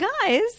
guys